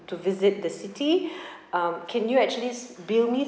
to visit the city um can you actually bill me